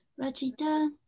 rachita